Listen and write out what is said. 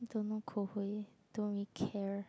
don't know Koh-Hui don't really care